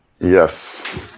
Yes